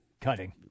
cutting